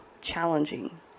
challenging